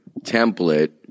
template